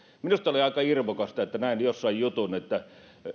minusta oli aika irvokasta että näin jossain jutun että